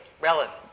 relevant